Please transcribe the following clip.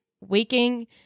waking